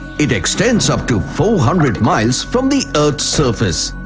it extends upto four hundred miles from the earth's surface.